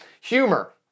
Humor